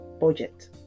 budget